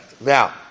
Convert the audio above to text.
Now